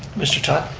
mr. todd.